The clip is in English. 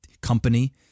company